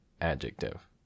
Adjective